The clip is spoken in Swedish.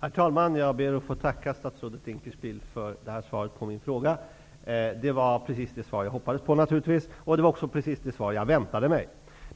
Herr talman! Jag ber att få tacka statsrådet Dinkelspiel för svaret på min fråga. Det var precis det svar jag naturligtvis hoppades på, och det var precis det svar jag väntade mig.